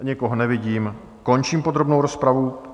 Nikoho nevidím, končím podrobnou rozpravu.